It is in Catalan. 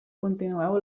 continueu